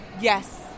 Yes